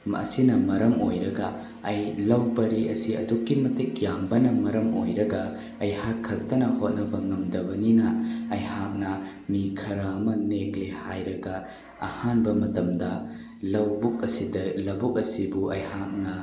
ꯑꯁꯤꯅ ꯃꯔꯝ ꯑꯣꯏꯔꯒ ꯑꯩ ꯂꯧ ꯄꯔꯤ ꯑꯁꯤ ꯑꯗꯨꯛꯀꯤ ꯃꯇꯤꯛ ꯌꯥꯝꯕꯅ ꯃꯔꯝ ꯑꯣꯏꯔꯒ ꯑꯩꯍꯥꯛ ꯈꯛꯇꯅ ꯍꯣꯠꯅꯕ ꯉꯝꯗꯕꯅꯤꯅ ꯑꯩꯍꯥꯛꯅ ꯃꯤ ꯈꯔ ꯑꯃ ꯅꯦꯛꯂꯦ ꯍꯥꯏꯔꯒ ꯑꯍꯥꯟꯕ ꯃꯇꯝꯗ ꯂꯧꯕꯨꯛ ꯑꯁꯤꯗ ꯂꯧꯕꯨꯛ ꯑꯁꯤꯕꯨ ꯑꯩꯍꯥꯛꯅ